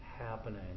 happening